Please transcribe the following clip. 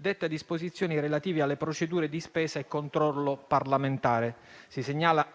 detta disposizioni relative alle procedure di spesa e controllo parlamentare. Si segnala